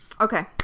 Okay